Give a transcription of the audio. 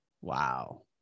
Wow